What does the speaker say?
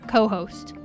Co-host